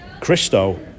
Christo